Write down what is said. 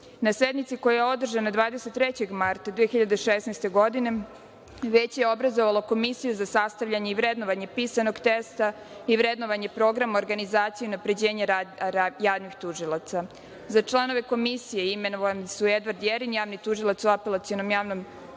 sednici, koja je održana 23. marta 2016. godine, Veće je obrazovalo Komisiju za sastavljanje i vrednovanje pisanog teksta i vrednovanje programa organizacije i unapređenja javnih tužilaca.Za članove Komisije imenovani su Edvard Jerinj, javni tužilac u Apelacionom javnom